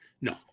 No